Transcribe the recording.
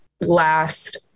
last